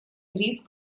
риск